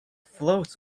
floats